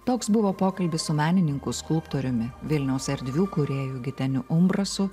toks buvo pokalbis su menininku skulptoriumi vilniaus erdvių kūrėju giteniu umbrasu